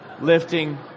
lifting